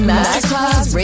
Masterclass